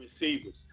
receivers